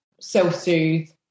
self-soothe